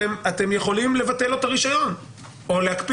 אתם יכולים לבטל לו את הרישיון או להקפיא